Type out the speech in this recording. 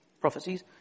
prophecies